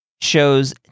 shows